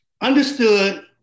understood